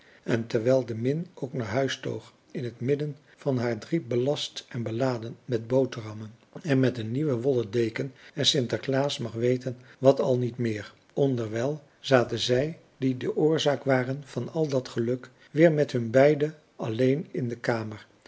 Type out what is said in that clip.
en terwijl de min ook naar huis toog in het midden van haar drie belast en beladen met boterhammen en met een nieuwe wollen deken en sinterklaas mag weten wàt al niet meer onderwijl zaten zij die de oorzaak waren van al dat geluk weer met hun beiden alleen in de kamer